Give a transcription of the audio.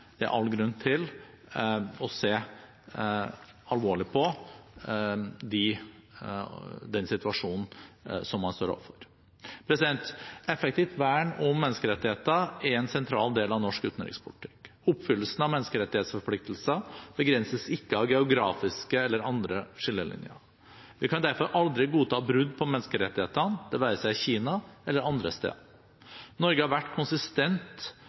Det er all grunn til å se alvorlig på den situasjonen som man står overfor. Effektivt vern om menneskerettigheter er en sentral del av norsk utenrikspolitikk. Oppfyllelsen av menneskerettighetsforpliktelser begrenses ikke av geografiske eller andre skillelinjer. Vi kan derfor aldri godta brudd på menneskerettighetene, det være seg i Kina eller andre steder. Norge har vært konsistent